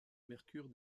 mercure